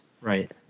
Right